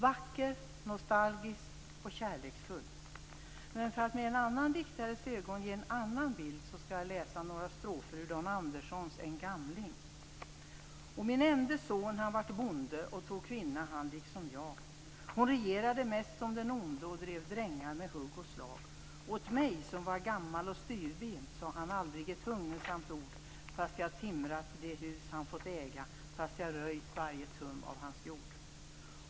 Vacker, nostalgisk och kärleksfull. Men för att med en annan diktares ögon ge en annan bild skall jag läsa några strofer ur Dan Anderssons En gamling. Och min ende son han vart bonde, och tog kvinna han liksom jag, hon regerade mest som den onde, och drev drängar med hugg och slag. Och åt mäj, som var gammal och styvbent, sa han aldrig ett hugnesamt ord, fast jag timrat de hus han fått äga, fast jag röjt varje tum av hans jord.